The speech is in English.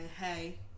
hey